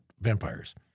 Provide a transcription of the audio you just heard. vampires